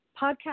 podcast